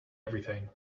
everything